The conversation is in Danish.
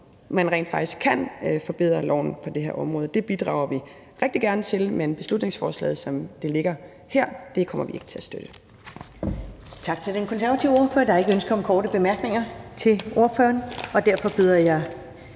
man rent faktisk kan forbedre loven på det her område. Det bidrager vi rigtig gerne til, men beslutningsforslaget, som det ligger her, kommer vi ikke til at støtte. Kl. 10:29 Første næstformand (Karen Ellemann): Tak til den konservative ordfører. Der er ikke ønske om korte bemærkninger til ordføreren, og derfor byder jeg